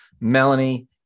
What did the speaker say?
Melanie